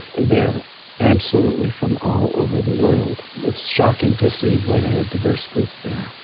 they are absolutely from all over the world. it's shocking to see what a diverse group they are.